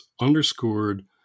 underscored